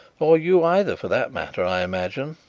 or you either for that matter, i imagine,